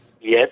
Yes